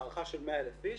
הערכה של 100,000 איש,